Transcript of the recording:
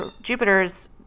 Jupiter's